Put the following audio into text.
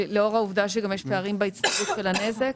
לאור העובדה שגם יש פערים בהצטברות של הנזק?